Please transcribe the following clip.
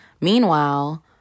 meanwhile